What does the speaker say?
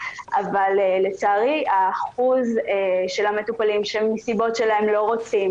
אבל לצערי אחוז המטופלים שמסיבות שלהם לא רוצים,